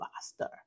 faster